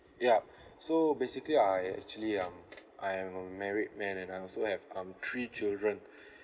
yup so basically I actually um I'm a married man and I also have um three children